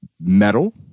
metal